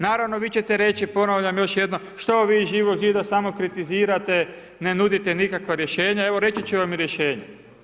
Naravno, vi će te reći, ponavljam još jednom, što vi iz Živog zida samo kritizirate, ne nudite nikakva rješenja, evo reći ću vam rješenje.